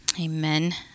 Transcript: Amen